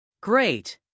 Great